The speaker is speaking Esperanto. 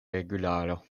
regularo